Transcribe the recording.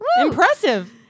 Impressive